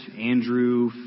Andrew